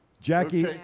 Jackie